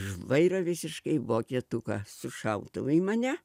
žvairą visiškai vokietuką su šautuvu į mane